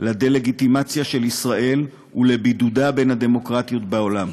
לדה-לגיטימציה של ישראל ולבידודה בין הדמוקרטיות בעולם.